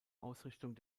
ausrichtung